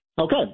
Okay